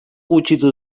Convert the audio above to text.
gutxitu